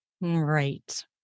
Right